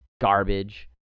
garbage